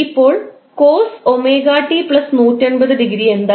ഇപ്പോൾ cos 𝜔𝑡 180 എന്താണ്